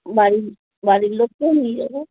বাড়ির বাড়ির লোককেও নিয়ে যাব